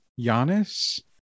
Giannis